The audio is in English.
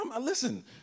listen